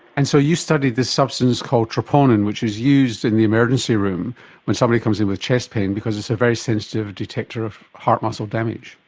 and so you studied this substance called troponin, which is used in the emergency room when somebody comes in with chest pain because it's a very sensitive detector of heart muscle damage.